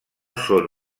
són